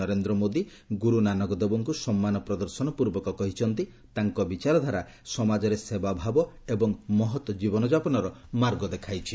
ପ୍ରଧାନମନ୍ତ୍ରୀ ନରେନ୍ଦ୍ର ମୋଦୀ ଗୁରୁ ନାନକ ଦେବଙ୍କୁ ସମ୍ମାନ ପ୍ରଦର୍ଶନ ପୂର୍ବକ କହିଛନ୍ତି ତାଙ୍କ ବିଚାରଧାରା ସମାଜରେ ସେବାଭାବ ଏବଂ ମହତ ଜୀବନଯାପନର ମାର୍ଗ ଦେଖାଇଛି